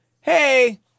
Hey